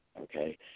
Okay